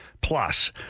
plus